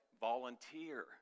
Volunteer